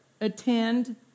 attend